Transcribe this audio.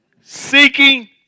seeking